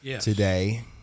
today